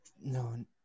No